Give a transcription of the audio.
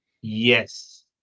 Yes